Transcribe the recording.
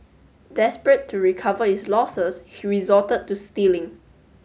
desperate to recover his losses he resorted to stealing